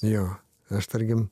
jo aš tarkim